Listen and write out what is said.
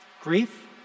Grief